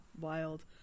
Wild